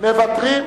מוותרים?